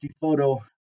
photo